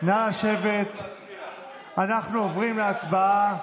אנחנו עוברים להצבעה.